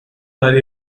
that